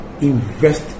invest